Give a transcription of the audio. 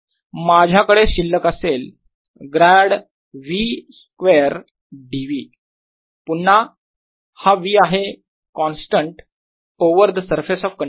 तर माझ्याकडे शिल्लक असेल grad v square d v पुन्हा हा v आहे constant over the surface of conductor